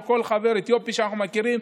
או כל חבר אתיופי שאנחנו מכירים,